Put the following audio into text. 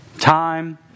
time